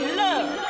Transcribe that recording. love